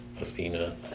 Athena